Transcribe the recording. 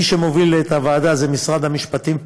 מי שמוביל את הוועדה זה משרד המשפטים,